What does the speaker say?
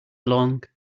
along